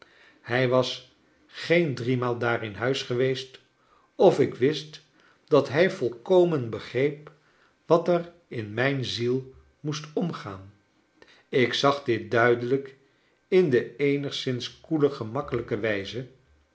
hij was geen driemaal daar in huis geweest of ik wist dat hij volkomen begreep wat er in mijn ziel moest omgaan ik zag dit duidelijk in de eenigszins koele gemakkelijke wijze